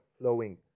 flowing